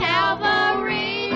Calvary